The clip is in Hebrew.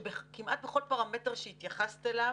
וכמעט בכל פרמטר שהתייחסת אליו